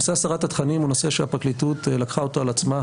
נושא הסרת התכנים הוא נושא שהפרקליטות לקחה אותו על עצמה,